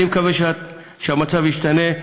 אני מקווה שהמצב ישתנה.